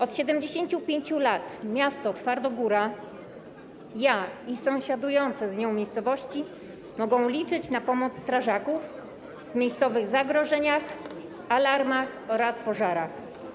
Od 75 lat miasto Twardogóra, ja i sąsiadujące z nią miejscowości mogą liczyć na pomoc strażaków w miejscowych zagrożeniach, alarmach oraz pożarach.